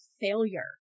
failure